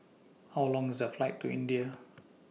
How Long IS The Flight to India